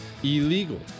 illegal